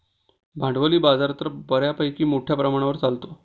भांडवली बाजार तर बऱ्यापैकी मोठ्या प्रमाणावर चालतो